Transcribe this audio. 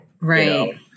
Right